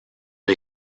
les